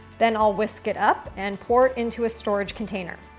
then i'll whisk it up and pour it into a storage container.